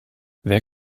wer